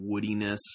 woodiness